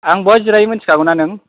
आं बहा जिरायो मिथिखागौना नों